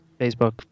facebook